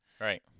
Right